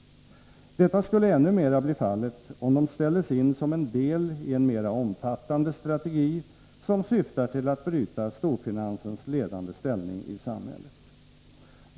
Detta skulle ännu mera bli fallet, om de ställdes in som en del i en mera omfattande strategi, som syftar till att bryta storfinansens ledande ställning i samhället.